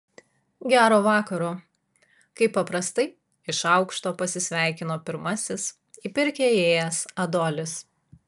gero vakaro kaip paprastai iš aukšto pasisveikino pirmasis į pirkią įėjęs adolis